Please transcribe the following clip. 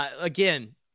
again